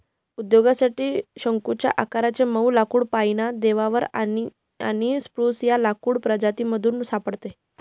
उद्योगासाठी शंकुच्या आकाराचे मऊ लाकुड पाईन, देवदार आणि स्प्रूस या लाकूड प्रजातीमधून सापडते